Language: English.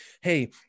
hey